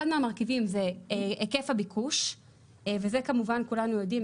אחד מהמרכיבים זה היקף הביקוש וזה כמובן כולנו יודעים,